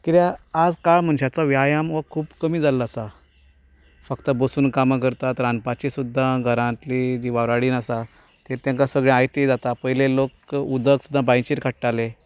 कित्याक आयज काल मनशाचो व्यायाम हो खूब कमी जाल्लो आसा फक्त बसून कामां करता रांदपाची सुद्दां घरांतली जी वावराडी आसा ती तांकां सगलें आयतें जाता पयलीं लोक उदक सुद्दां बांयचेर काडटाले